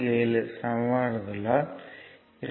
47 சமன்பாடுகளால் 2